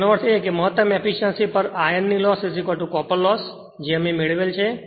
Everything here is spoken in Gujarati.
તેનો અર્થ એ કે મહત્તમ એફીશ્યંસી પર આયર્નની લોસ કોપર લોસ કે જે અમે મેળવેલ છે